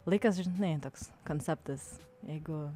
laikas žinai toks konceptas jeigu